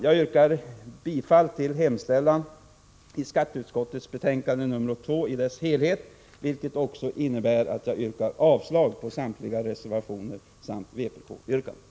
Jag yrkar bifall till hemställan i skatteutskottets betänkande nr 2 i dess helhet, vilket också innebär att jag yrkar avslag på samtliga reservationer samt vpk-yrkandet.